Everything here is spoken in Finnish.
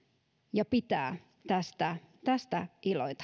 ja heidän pitää tästä tästä